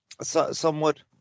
Somewhat